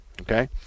Okay